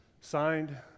Signed